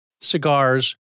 cigars